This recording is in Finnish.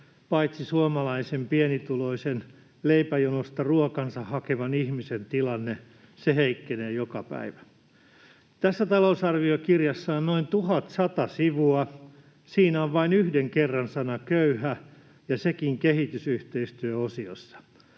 paitsi suomalaisen pienituloisen, leipäjonosta ruokansa hakevan ihmisen tilanne. Se heikkenee joka päivä. Tässä talousarviokirjassa on noin 1 100 sivua. Siinä on vain yhden kerran sana köyhä ja sekin kehitysyhteistyöosiossa.